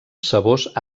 sabors